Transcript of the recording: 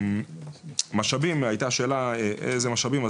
לגבי משאבים הייתה השאלה איזה משאבים.